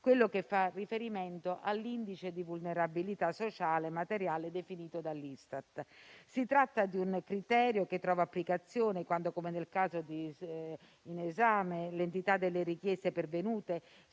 quello che fa riferimento all'indice di vulnerabilità sociale e materiale definito dall'Istat. Si tratta di un criterio che trova applicazione quando, come nel caso in esame, l'entità delle richieste pervenute